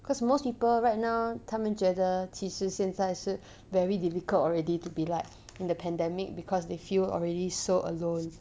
because most people right now 他们觉得其实现在是 very difficult already to be like in the pandemic because they feel already so alone